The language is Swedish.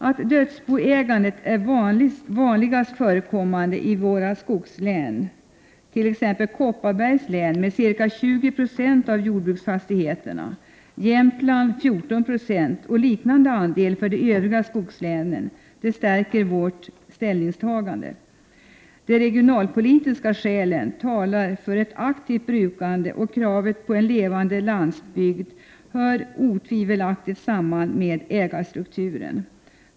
Att dödsboägandet är vanligast förekommande i våra skogslän, t.ex. i Kopparbergs län med ca 20 96 av jordbruksfastigheterna och i Jämtland med 14 96 och i övriga skogslän med liknande andelar, stärker vårt ställningstagande. De regionalpolitiska skälen talar för ett aktivt brukande, och kravet på en levande landsbygd hör otvivelaktigt samman med ägarstrukturen.